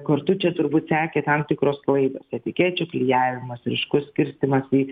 kartu čia turbūt sekė tam tikros klaidos etikečių klijavimas ryškus skirstymas į